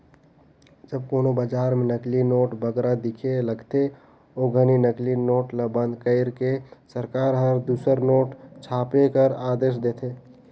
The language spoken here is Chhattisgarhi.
जब कोनो बजार में नकली नोट बगरा दिखे लगथे, ओ घनी नकली नोट ल बंद कइर के सरकार हर दूसर नोट छापे कर आदेस देथे